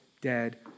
dead